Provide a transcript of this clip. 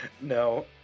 No